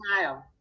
smile